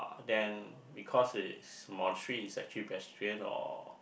then because it's monastery it's actually vegetarian or